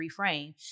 reframe